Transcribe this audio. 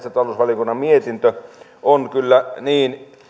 ja metsätalousvaliokunnan mietintö ovat kyllä